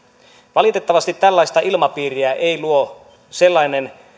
valitettavasti tällaista ilmapiiriä eivät luo sellainen